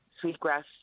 sweetgrass